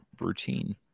routine